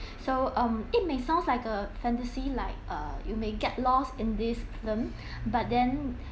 so um it may sounds like a fantasy like uh you may get lost in this film but then